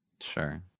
Sure